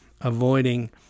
avoiding